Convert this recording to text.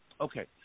Okay